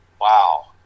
wow